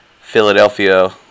Philadelphia